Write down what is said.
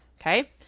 okay